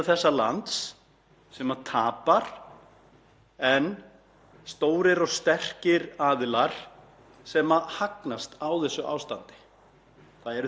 Það eru þeir sem skulda, þeir sem minnst mega sín, sem tapa og blæða ár frá ári fyrir þennan örgjaldmiðil okkar.